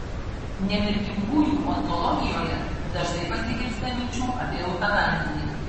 nemirtingųjų ontologijoje dažnai pasigirsta minčių apie eutanaziją